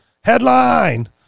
Headline